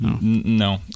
no